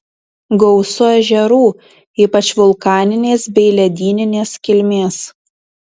gausu ežerų ypač vulkaninės bei ledyninės kilmės